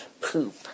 poop